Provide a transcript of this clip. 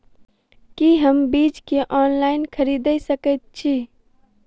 की हम बीज केँ ऑनलाइन खरीदै सकैत छी?